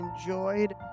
enjoyed